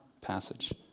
passage